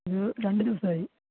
ഇത് രണ്ടു ദിവസമായി